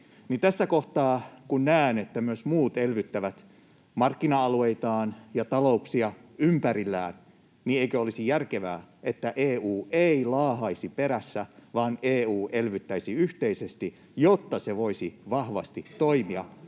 tässä kohtaa näen, että myös muut elvyttävät markkina-alueitaan ja talouksia ympärillään, niin eikö olisi järkevää, että EU ei laahaisi perässä, vaan EU elvyttäisi yhteisesti, jotta se voisi vahvasti toimia